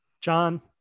John